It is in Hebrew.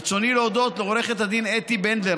ברצוני להודות לעו"ד אתי בנדלר,